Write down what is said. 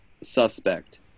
suspect